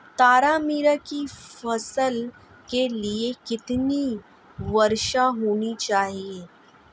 तारामीरा की फसल के लिए कितनी वर्षा होनी चाहिए?